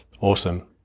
Awesome